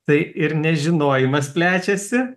tai ir nežinojimas plečiasi